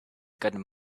gotten